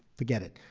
forget it.